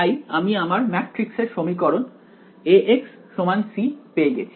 তাই আমি আমার ম্যাট্রিক্স এর সমীকরণ Ax c পেয়ে গেছি